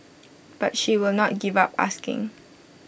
but she will not give up asking